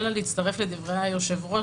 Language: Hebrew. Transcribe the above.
אלא להצטרף לדברי היו"ר,